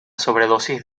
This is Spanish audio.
sobredosis